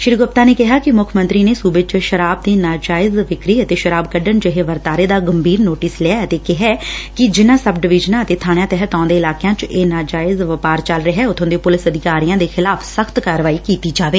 D G P ਨੇ ਕਿਹਾ ਕਿ ਮੁੱਖ ਮੰਤਰੀ ਨੇ ਸੁਬੇ ਚ ਸ਼ਰਾਬ ਦੀ ਨਜਾਇਜ਼ ਵਿਕਰੀ ਅਤੇ ਸ਼ਰਾਬ ਕੱਢਣ ਜਿਹੇ ਵਰਤਾਰੇ ਦਾ ਗੰਭੀਰ ਨੋਟਿਸ ਲਿਐ ਅਤੇ ਕਿਹਾ ਕਿ ਜਿਨਾਂ ਸਬ ਡਵੀਜ਼ਨਾਂ ਅਤੇ ਬਾਣਿਆਂ ਤਹਿਤ ਆਉਂਦੇ ਇਲਾਕਿਆਂ ਚ ਇਹ ਨਜਾਇਜ਼ ਵਪਾਰ ਚੱਲ ਰਿਹੈ ਉਥੋਂ ਦੇ ਪੁਲਿਸ ਅਧਿਕਾਰੀਆਂ ਦੇ ਖਿਲਾਫ਼ ਸਖ਼ਤ ਕਾਰਵਾਈ ਕੀਤੀ ਜਾਵੇ